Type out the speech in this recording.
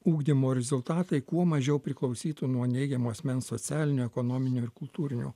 ugdymo rizultatai kuo mažiau priklausytų nuo neigiamo asmens socialinio ekonominio ir kultūrinio